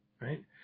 right